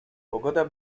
pogoda